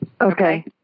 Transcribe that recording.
Okay